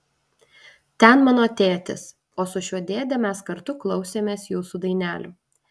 ten mano tėtis o su šiuo dėde mes kartu klausėmės jūsų dainelių